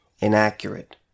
inaccurate